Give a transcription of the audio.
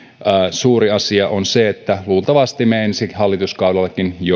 suuri asia on se että luultavasti me ensi hallituskaudellakin